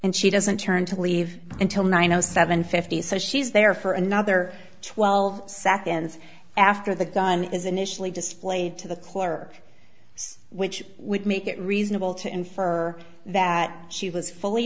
and she doesn't turn to leave until nine o seven fifty so she's there for another twelve seconds after the gun is initially displayed to the clerk which would make it reasonable to infer that she was fully